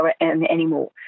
anymore